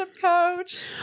coach